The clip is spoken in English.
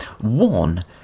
One